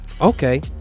okay